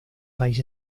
país